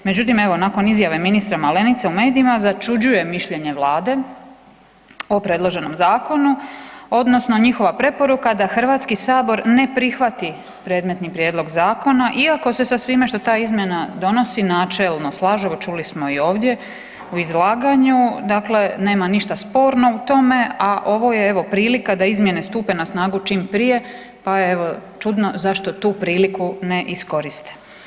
Međutim, evo nakon izjave ministra Malenice u medijima začuđuje mišljenje vlade o predloženom zakonu odnosno njihova preporuka da HS ne prihvati predmetni prijedlog zakona iako se sa svime što ta izmjena donosi načelno slažu, evo čuli smo i ovdje u izlaganju, dakle nema ništa sporno u tome, a ovo je evo prilika da izmjene stupe na snagu čim prije, pa evo čudno zašto tu priliku ne iskoriste.